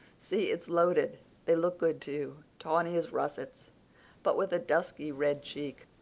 see, it's loaded. they look good, too tawny as russets but with a dusky red cheek.